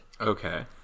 okay